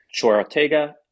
Chorotega